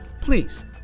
please